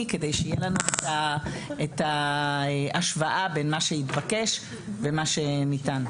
כדי שיהיה לנו את ההשוואה בין מה שהתבקש ומה שניתן.